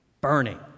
burning